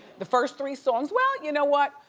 the first three songs, well you know what.